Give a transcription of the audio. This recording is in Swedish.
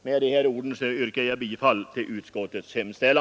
Jag yrkar bifall till vad utskottet hemställt.